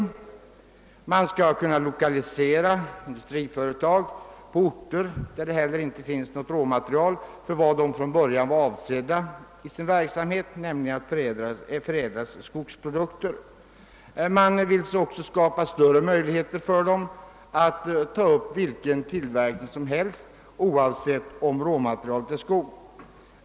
Företaget skall kunna lokali: sera industriföretag också till orter, dät det inte finns råvaror till den verksam: het som företaget från början var avsett för, nämligen förädling av skogsprodukter. Man vill ge ASSI ökade möjligheter att ta upp tillverkningar som inte grundar sig på råmaterial från skogen.